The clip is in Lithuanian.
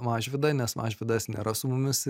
mažvydą nes mažvydas nėra su mumis